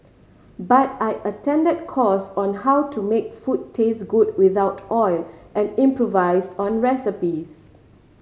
but I attended course on how to make food taste good without oil and improvise on recipes